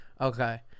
Okay